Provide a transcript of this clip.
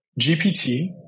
GPT